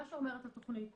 מה שאומרת התכנית,